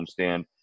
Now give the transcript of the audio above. homestand